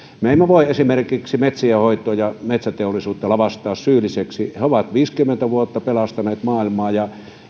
me emme voi esimerkiksi metsienhoitoa ja metsäteollisuutta lavastaa syylliseksi ne ovat viisikymmentä vuotta pelastaneet maailmaa ja